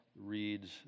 reads